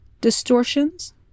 distortions